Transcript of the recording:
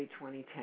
2010